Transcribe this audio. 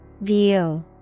View